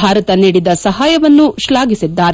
ಭಾರತ ನೀಡಿದ ಸಹಾಯವನ್ನು ಶ್ಲಾಘಿಸಿದರು